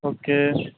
okay